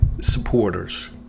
supporters